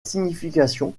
signification